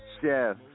Chef